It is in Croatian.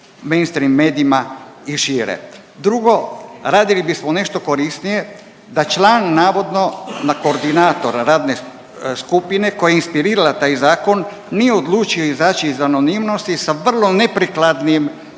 mainstream medijima i šire. Drugo, radili bismo nešto korisnije, da član navodno, na koordinator radne skupine koja je inspirirala taj zakon nije odlučio izaći iz anonimnosti sa vrlo neprikladnim, vrlo